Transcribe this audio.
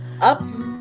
ups